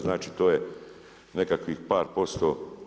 Znači to je nekakvih par posto.